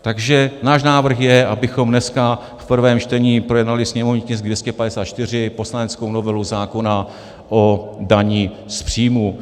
Takže náš návrh je, abychom dneska v prvém čtení projednali sněmovní tisk 254, poslaneckou novelu zákona o dani z příjmů.